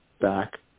back